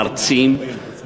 מרצים,